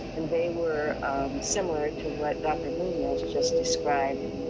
and they were similar to what dr. munoz just described.